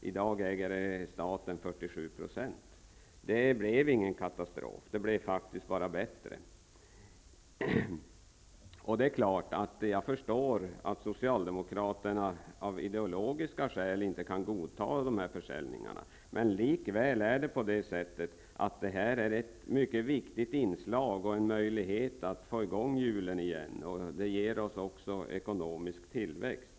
I dag äger staten 47 %. Det blev ingen katastrof, utan det har faktiskt bara blivit bättre. Jag förstår självfallet att socialdemokraterna av ideologiska skäl inte kan godta sådana här försäljningar. Likväl är det här ett mycket viktigt inslag och en möjlighet att återigen få i gång hjulen. Det ger oss också ekonomisk tillväxt.